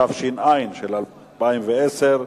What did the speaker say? התש"ע 2010,